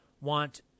want